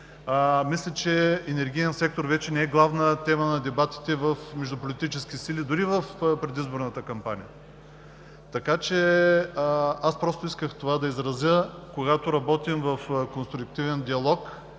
мисля, че енергийният сектор вече не е главна тема на дебатите между политическите сили дори в предизборната кампания. Исках това да изразя, когато го работим в конструктивен диалог